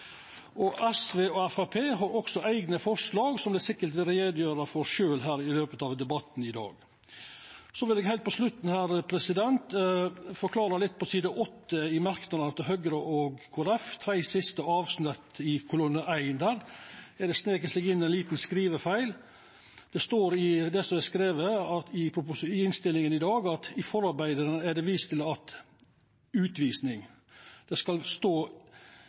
SV og Framstegspartiet har også eigne forslag, som dei sikkert vil gjera greie for sjølve her i løpet av debatten i dag. Eg vil heilt på slutten forklara litt: På side 8, i merknadene til Høgre og Kristeleg Folkeparti, i tredje siste avsnitt i spalte 1, har det snike seg inn ein liten skrivefeil. Det står i det som er skrive i innstillinga i dag at «i forarbeidene er det vist til at utvisning» osv. Det skal stå: